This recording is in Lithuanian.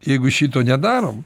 jeigu šito nedarom